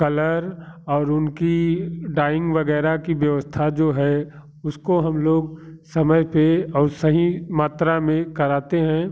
colour और उनकी dyeing वगैरह की व्यवस्था जो है उसको हम लोग समय पे और सही मात्रा में कराते हैं